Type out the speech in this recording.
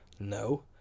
No